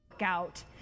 Out